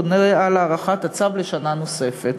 יורה על הארכת הצו בשנה נוספת.